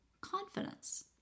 confidence